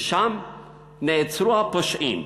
ושם נעצרו הפושעים,